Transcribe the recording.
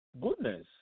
goodness